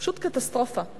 פשוט קטסטרופה.